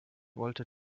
wollte